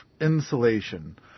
insulation